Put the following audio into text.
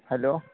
hello